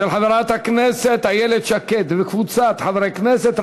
של חברת הכנסת איילת שקד וקבוצת חברי הכנסת,